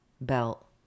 belt